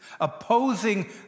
opposing